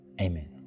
amen